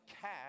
cash